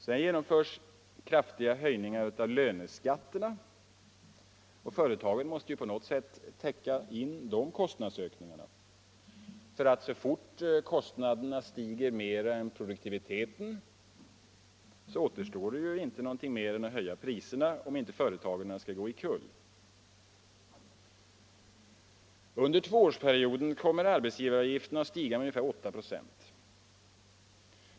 Sedan genomförs kraftiga höjningar av löneskatterna, och företagen måste på något sätt täcka in de kostnadsökningarna. För så fort kostnaderna stiger mer än produktiviteten så återstår inte något mer än att höja priserna om inte företagen skall gå omkull. Under tvåårsperioden kommer arbetsgivaravgifterna att stiga med ungefär 8 26.